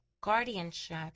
guardianship